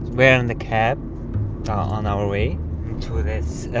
we're in the cab on our way to this